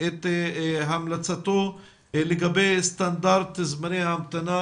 את המלצתו לגבי סטנדרט זמני ההמתנה,